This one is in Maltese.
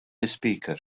ispeaker